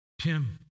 Tim